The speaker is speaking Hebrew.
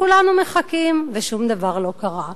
וכולנו מחכים ושום דבר לא קרה.